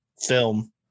film